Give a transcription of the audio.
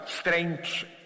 strange